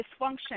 dysfunction